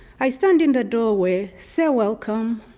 i stand in the doorway, say welcome,